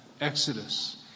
exodus